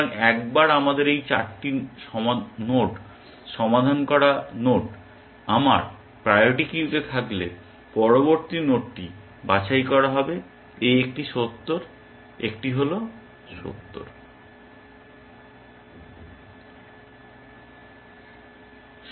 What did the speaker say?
সুতরাং একবার আমাদের এই 4টি সমাধান করা নোড আমার প্রায়োরিটি কিউতে থাকলে পরবর্তী নোডটি বাছাই করা হবে এই একটি 70 একটি হল 70